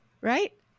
Right